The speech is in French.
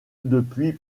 depuis